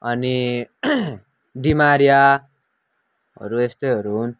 अनि डी मारियाहरू यस्तैहरू हुन्